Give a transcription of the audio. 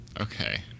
Okay